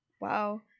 Wow